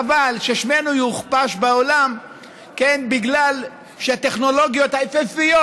חבל ששמנו יוכפש בעולם בגלל שהטכנולוגיות היפהפיות,